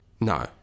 No